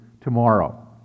tomorrow